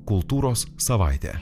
kultūros savaitė